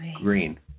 green